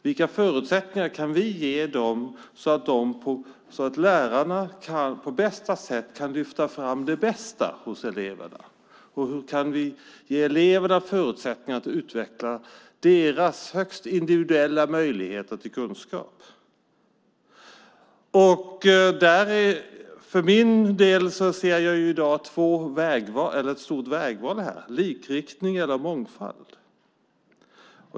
Vilka förutsättningar kan vi ge lärarna så att de på bästa sätt kan lyfta fram det bästa hos eleverna? Hur kan vi ge eleverna förutsättningar att utveckla sina högst individuella möjligheter till kunskap? Jag anser att vi i dag står inför ett stort vägval, likriktning eller mångfald.